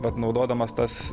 vat naudodamas tas